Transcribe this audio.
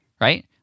right